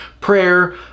prayer